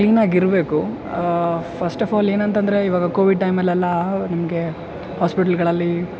ಕ್ಲೀನಾಗಿ ಇರಬೇಕು first of all ಏನಂತಂದ್ರೆ ಇವಾಗ ಕೋವಿಡ್ ಟೈಮಲ್ಲಿ ಎಲ್ಲ ನಮಗೆ ಹಾಸ್ಪಿಟ್ಲ್ಗಳಲ್ಲಿ